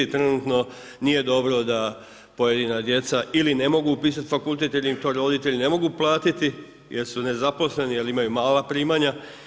Trenutno nije dobro da pojedina djeca ili ne mogu upisati fakultet ili im to roditelji ne mogu platiti jer su nezaposleni, jer imaju mala primanja.